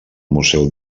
museu